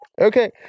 Okay